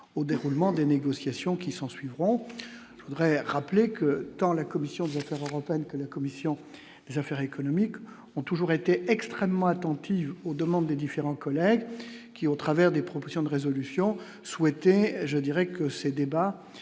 au déroulement des négociations qui s'ensuivront faudrait rappeler que dans la commission d'accord tant que la commission Affaires économiques ont toujours été extrêmement attentive aux demandes des différents collègues qui, au travers des propositions de résolution souhaitée, je dirais que ces débats